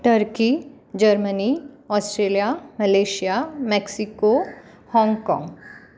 turkey Germany Australia Malaysia Mexico Hong Kong